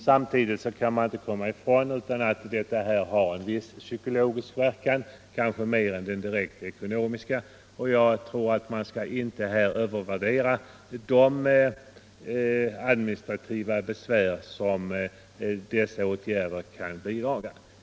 Samtidigt kan man inte komma ifrån att den har en viss psykologisk betydelse, kanske större än den rent ekonomiska. Man skall inte övervärdera de administrativa besvär som dessa åtgärder kan åstadkomma.